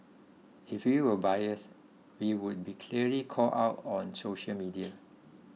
if we were biased we would be clearly called out on social media